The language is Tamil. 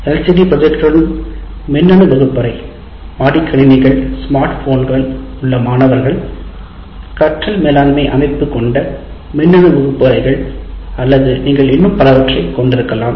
எல்சிடி ப்ரொஜெக்டருடன் மின்னணு வகுப்பறை மடிக்கணினிகள் ஸ்மார்ட் போன்கள் உள்ள மாணவர்கள் கற்றல் மேலாண்மை அமைப்பு கொண்ட மின்னணு வகுப்பறைகள் அல்லது நீங்கள் இன்னும் பலவற்றைக் கொண்டிருக்கலாம்